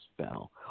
spell